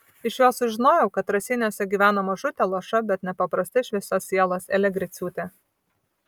iš jo sužinojau kad raseiniuose gyvena mažutė luoša bet nepaprastai šviesios sielos elė griciūtė